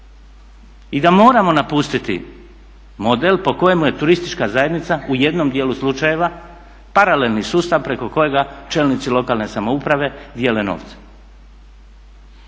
I da moramo napustiti model po kojemu je turistička zajednica u jednom djelu slučajeva paralelni sustav preko kojega čelnici lokalne samouprave dijele novce.